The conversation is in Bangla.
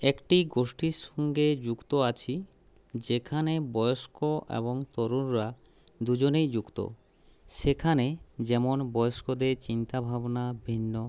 একটি গোষ্ঠীর সঙ্গে যুক্ত আছি যেখানে বয়স্ক এবং তরুণরা দুজনেই যুক্ত সেখানে যেমন বয়স্কদের চিন্তা ভাবনা ভিন্ন